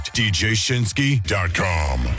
djshinsky.com